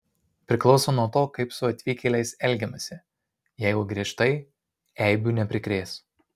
priklauso nuo to kaip su atvykėliais elgiamasi jeigu griežtai eibių neprikrės